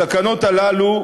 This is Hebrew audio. הסכנות האלה,